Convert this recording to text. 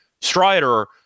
Strider